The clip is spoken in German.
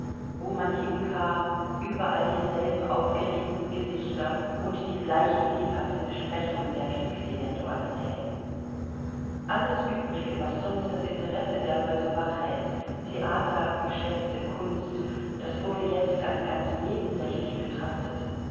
wo man hinkam überall dieselben aufgeregten gesichter und die gleichen lebhaften besprechungen der kriegseventualitäten alles übrige was sonst das interesse der leute wach hält theater geschäfte kunst das wurde jetzt als ganz nebensächlich betrachtet